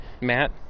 Matt